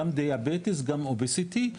גם דיאביטית גם אוביסטי,